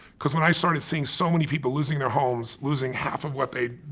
because when i started seeing so many people losing their homes, losing half of what they'd,